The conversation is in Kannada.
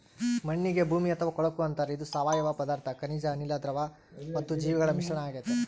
ಮಣ್ಣಿಗೆ ಭೂಮಿ ಅಥವಾ ಕೊಳಕು ಅಂತಾರೆ ಇದು ಸಾವಯವ ಪದಾರ್ಥ ಖನಿಜ ಅನಿಲ, ದ್ರವ ಮತ್ತು ಜೀವಿಗಳ ಮಿಶ್ರಣ ಆಗೆತೆ